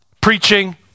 preaching